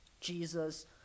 Jesus